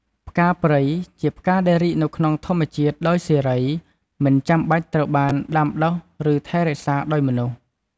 ផ្កាព្រៃ ជាផ្កាដែលរីកនៅក្នុងធម្មជាតិដោយសេរី មិនចាំបាច់ត្រូវបានដាំដុះ ឬថែរក្សាដោយមនុស្ស។